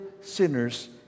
sinners